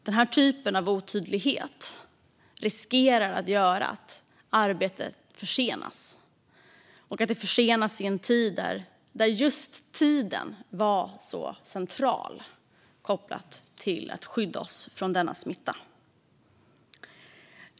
Den här typen av otydlighet riskerar att göra att arbetet försenas, och detta skedde i en tid när just tiden var så central kopplat till att skydda oss från denna smitta.